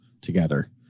together